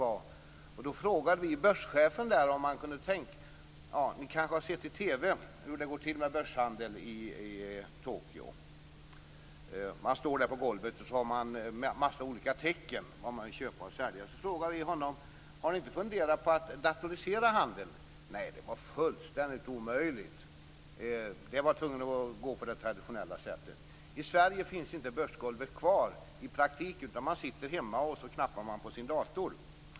Ni har kanske sett i TV hur börshandeln går till i Tokyo. De står på golvet och använder sig av tecken för att köpa och sälja. Vi frågade börschefen om de inte hade funderat på att datorisera handeln. Men det var enligt honom fullständigt omöjligt. Det måste ske på det traditionella sättet. I Sverige finns börsgolvet i praktiken inte kvar. Man sitter hemma och knappar på sin dator.